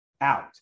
out